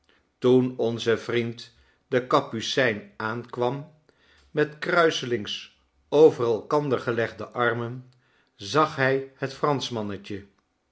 toen onze vriend de kapucijn aankwam met kruiselings over elkander gelegde armen zag hij het franschmannetje